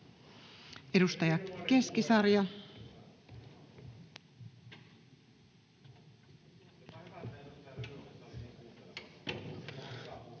Edustaja Keskisarja.